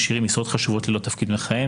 משאירים משרות חשובות ללא מישהו מכהן.